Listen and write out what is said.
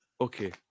Okay